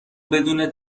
بدون